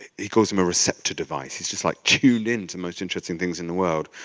he calls him a receptor device. he's just like tuned in to most interesting things in the world.